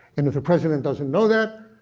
if the president doesn't know that,